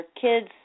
Kids